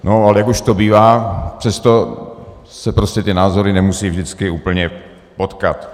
No, ale jak už to bývá, přesto se prostě ty názory nemusí vždycky úplně potkat.